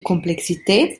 komplexität